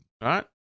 right